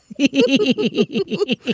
yeah.